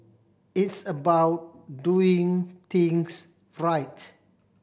it's about doing things right